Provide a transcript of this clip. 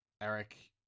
Eric